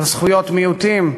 על זכויות מיעוטים,